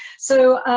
so,